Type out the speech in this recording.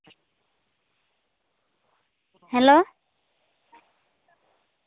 hello